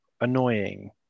annoying